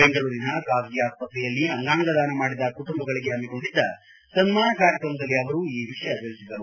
ಬೆಂಗಳೂರಿನ ಖಾಸಗಿ ಆಸ್ವತ್ರೆಯಲ್ಲಿ ಅಂಗಾಂಗ ದಾನ ಮಾಡಿದ ಕುಟುಂಬಗಳಿಗೆ ಪಮ್ಮಿಕೊಂಡಿದ್ದ ಸನ್ನಾನ ಕಾರ್ಯಕ್ರಮದಲ್ಲಿ ಅವರು ಈ ವಿಷಯ ತಿಳಿಸಿದರು